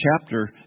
chapter